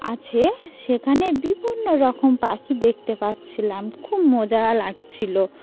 আছে সেখানে বিভিন্ন রকম পাখি দেখতে পাচ্ছিলাম খুব মজা লাগছিলো